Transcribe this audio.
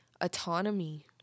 autonomy